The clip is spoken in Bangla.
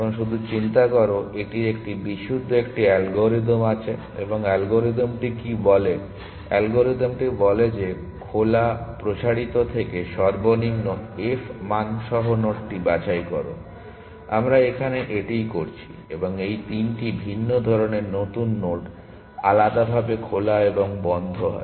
এখন শুধু চিন্তা করো এটির একটি বিশুদ্ধ একটি অ্যালগরিদম আছে এবং অ্যালগরিদমটি কী বলে অ্যালগরিদমটি বলে যে খোলা প্রসারিত থেকে সর্বনিম্ন f মান সহ নোডটি বাছাই করো আমরা এখানে এটিই করছি এবং এই তিনটি ভিন্ন ধরণের নতুন নোড আলাদাভাবে খোলা এবং বন্ধ হয়